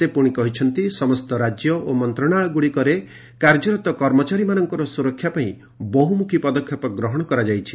ସେ ପୁଣି କହିଛନ୍ତି ସମସ୍ତ ରାଜ୍ୟ ଓ ମନ୍ତ୍ରଣାଳୟଗୁଡ଼ିକରେ କାର୍ଯ୍ୟରତ କର୍ମଚାରୀମାନଙ୍କର ସୁରକ୍ଷା ପାଇଁ ବହୁମୁଖୀ ପଦକ୍ଷେପମାନ ଗ୍ରହଣ କରାଯାଇଛି